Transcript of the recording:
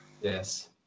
yes